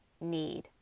need